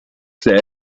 said